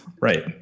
right